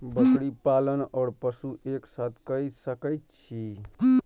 बकरी पालन ओर पशु एक साथ कई सके छी?